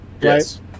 Yes